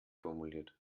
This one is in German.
formuliert